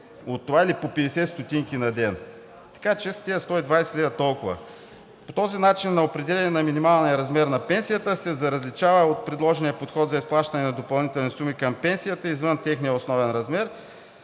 от това, или по 50 стотинки на ден. Така че за тези 120 лв. толкова! По този начин на определяне на минималния размер на пенсията се различава от предложения подход за изплащане на допълнителни суми към пенсията извън техния основен размер.